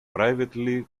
privately